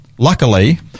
Luckily